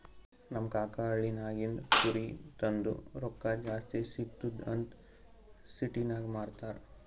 ನಮ್ ಕಾಕಾ ಹಳ್ಳಿನಾಗಿಂದ್ ಕುರಿ ತಂದು ರೊಕ್ಕಾ ಜಾಸ್ತಿ ಸಿಗ್ತುದ್ ಅಂತ್ ಸಿಟಿನಾಗ್ ಮಾರ್ತಾರ್